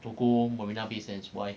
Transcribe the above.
to go marina bay sands why